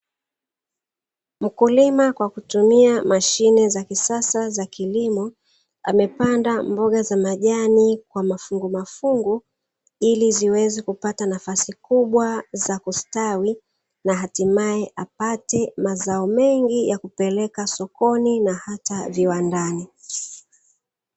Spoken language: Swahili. Mkulima kwa kutumia mashine za kisasa za kilimo, amepanda mboga za majani kwa mafungumafungu ili ziweze kupata nafasi kubwa za kustawi, na hatimaye apate mazao mengi ya kupeleka sokoni na hata viwandani.